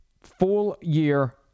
full-year